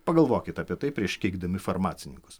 pagalvokit apie tai prieš keikdami farmacininkus